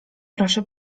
proszę